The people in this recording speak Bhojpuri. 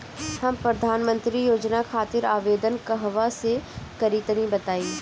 हम प्रधनमंत्री योजना खातिर आवेदन कहवा से करि तनि बताईं?